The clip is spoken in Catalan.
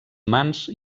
mans